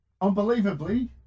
Unbelievably